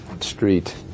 street